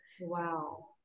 Wow